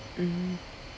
mm